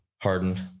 hardened